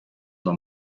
dans